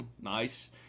nice